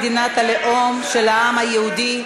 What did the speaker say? מדינת הלאום של העם היהודי,